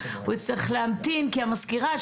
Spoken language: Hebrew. כי המזכירה,